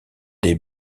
des